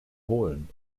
holen